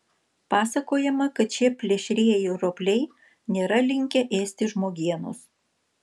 pasakojama kad šie plėšrieji ropliai nėra linkę ėsti žmogienos